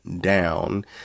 down